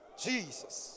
Jesus